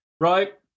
right